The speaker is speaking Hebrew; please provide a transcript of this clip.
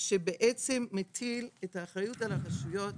שבעצם מטיל את האחריות על הרשויות